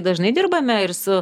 dažnai dirbame ir su